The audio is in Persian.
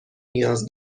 نیاز